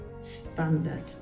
standard